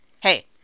Hey